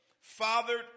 fathered